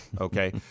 Okay